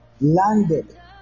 landed